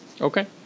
Okay